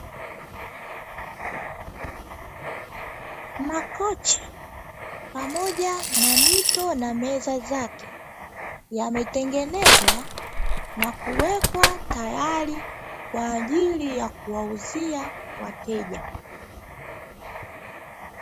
Makochi pamoja na mito na meza zake yametengenezwa na kuwekwa tayari, kwaajili ya kuwauzia wateja